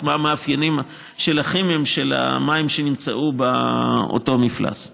מה המאפיינים הכימיים של המים שנמצאו באותו מפלס.